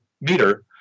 meter